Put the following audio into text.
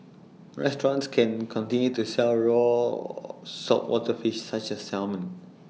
restaurants can continue to sell raw saltwater fish such as salmon